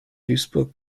duisburg